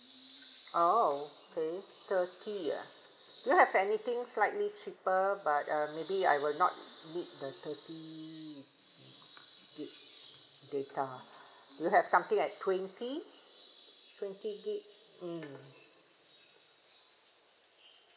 oh okay thirty ah do you have anything slightly cheaper but uh maybe I will not need the thirty gb data do you have something like twenty twenty gb mm